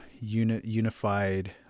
unified